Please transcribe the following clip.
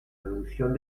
producción